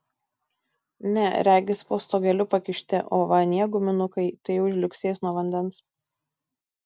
ne regis po stogeliu pakišti o va anie guminukai tai jau žliugsės nuo vandens